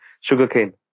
sugarcane